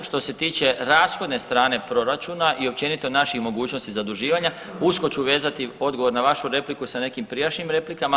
Što se tiče rashodne strane proračuna i općenito naših mogućnosti zaduživanja, usko ću vezati odgovor na vašu repliku sa nekim prijašnjim replikama.